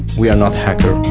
we are not hacker.